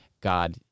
God